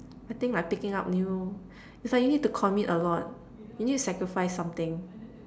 I think like picking up new it's like you need to commit a lot you need to sacrifice something